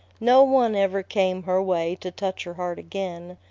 no one ever came her way to touch her heart again.